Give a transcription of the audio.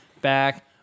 back